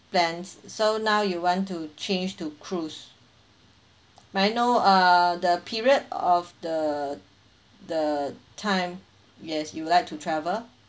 plans so now you want to change to cruise may I know uh the period of the the time yes you would like to travel